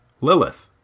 Lilith